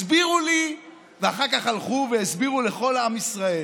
הסבירו לי, ואחר כך הלכו והסבירו לכל עם ישראל,